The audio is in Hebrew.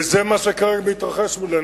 וזה מה שכרגע מתרחש מולנו.